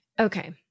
Okay